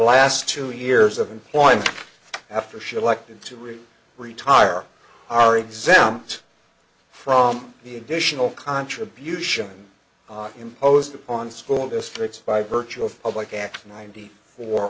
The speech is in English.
last two years of employment after she liked to retire are exempt from the additional contribution imposed upon school districts by virtue of public act ninety